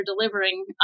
delivering